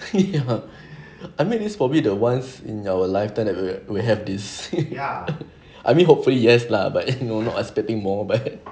ya I mean this is probably the once in our lifetime we have this I mean hopefully yes lah but then not expecting more